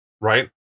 right